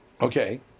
Okay